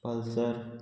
pulsar